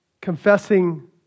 confessing